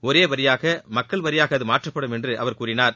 ஒரே வரியாக மக்கள் வரியாக அதுமாற்றப்படும் என்று அவர் கூறினார்